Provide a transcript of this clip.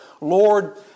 Lord